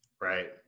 Right